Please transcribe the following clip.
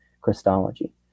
Christology